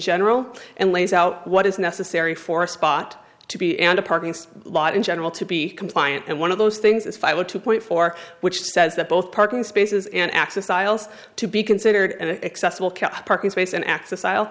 general and lays out what is necessary for a spot to be and a parking space lot in general to be compliant and one of those things is five or two point four which says that both parking spaces and access files to be considered and accessible kept parking space and access i'll